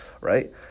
right